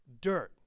dirt